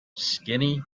skinny